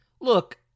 look